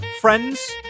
friends